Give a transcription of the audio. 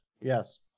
Yes